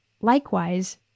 likewise